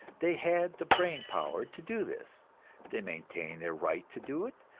they had the brain power to do this they maintained their right to do it,